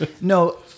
no